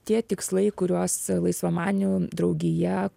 tie tikslai kuriuos laisvamanių draugija